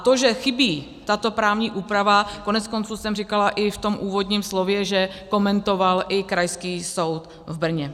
To, že chybí tato právní úprava, koneckonců jsem říkala i v úvodním slově, že komentoval i Krajský soud v Brně.